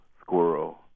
Squirrel